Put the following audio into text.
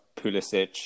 Pulisic